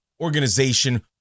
organization